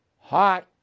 Hot